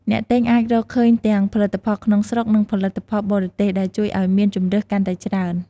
អ្នកទិញអាចរកឃើញទាំង ផលិតផលក្នុងស្រុក និងផលិតផលបរទេស ដែលជួយឱ្យមានជម្រើសកាន់តែច្រើន។